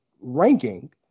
ranking